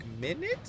minute